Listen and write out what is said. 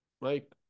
mike